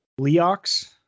Leox